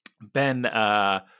Ben